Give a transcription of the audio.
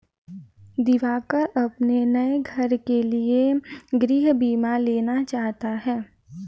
दिवाकर अपने नए घर के लिए गृह बीमा लेना चाहता है